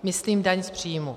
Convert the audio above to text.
Myslím daň z příjmu.